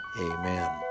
Amen